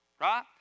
right